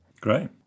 great